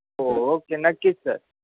हो ओके नक्कीच सर